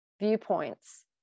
viewpoints